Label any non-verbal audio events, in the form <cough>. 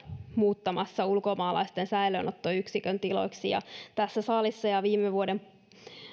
muuttamassa ulkomaalaisten säilöönottoyksikön tiloiksi ja <unintelligible> <unintelligible> tässä salissa viime vuonna